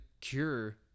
cure